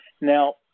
Now